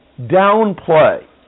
downplay